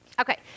Okay